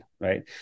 right